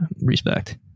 respect